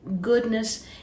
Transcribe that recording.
goodness